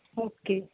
okay